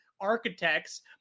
architects